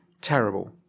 terrible